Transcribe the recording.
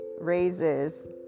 raises